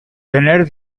tener